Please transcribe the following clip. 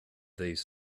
these